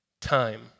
time